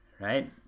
right